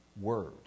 word